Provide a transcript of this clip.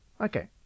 Okay